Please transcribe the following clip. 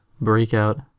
breakout